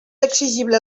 exigible